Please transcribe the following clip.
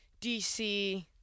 DC